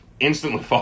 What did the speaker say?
instantly